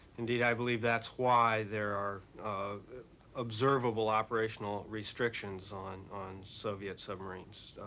indeed i believe that's why there are um observable operational restrictions on on soviet submarines.